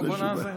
בוא נאזין.